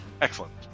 excellent